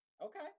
Okay